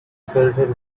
filtered